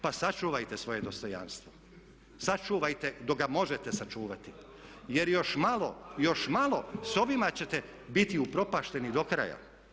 Pa sačuvajte svoje dostojanstvo, sačuvajte dok ga možete sačuvati jer još malo, još malo sa ovima ćete biti upropašteni do kraja.